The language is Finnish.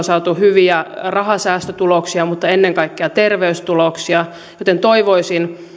saatu hyviä rahasäästötuloksia mutta ennen kaikkea terveystuloksia joten toivoisin